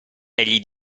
egli